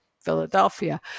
Philadelphia